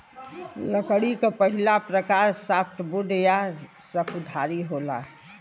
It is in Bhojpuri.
लकड़ी क पहिला प्रकार सॉफ्टवुड या सकुधारी होला